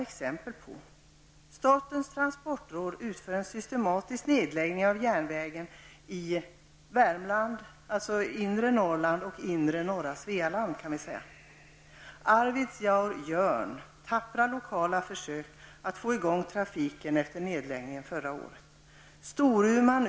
Det är stora delar av Värmland exempel på. Borlänge för över 300 milj.kr.!